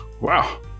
Wow